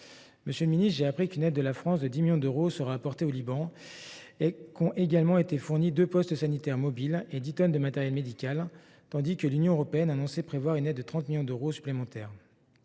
Monsieur le ministre, j’ai appris qu’une aide de la France de 10 millions d’euros sera apportée au Liban et qu’ont également été fournis deux postes sanitaires mobiles, ainsi que 10 tonnes de matériel médical. De son côté, l’Union européenne a annoncé prévoir une aide supplémentaire